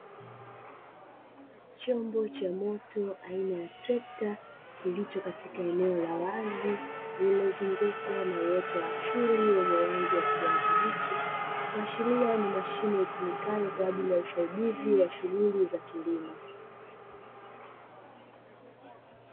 Chombo cha moto aina ya trekta kilicho katika eneo la wazi lililo zungukwa na uoto wa asili wenye rangi ya kijani kibichi. kuashiria ni mashine itumikayo kwaajili ya usaidizi wa shughuli za kilimo.